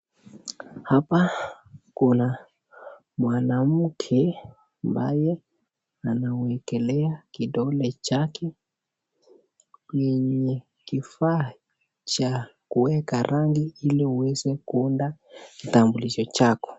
Hapa kuna mwanamke ambaye anawekelea kidole chake yenye kifaa cha kuweka rangi ili uweze kuunda kitambulisho chako.